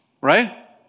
Right